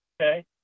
Okay